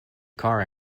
car